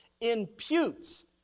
imputes